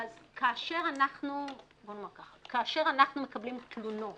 כאשר אנחנו מקבלים תלונות